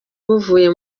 buvuye